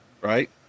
right